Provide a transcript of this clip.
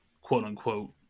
quote-unquote